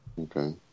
Okay